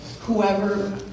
Whoever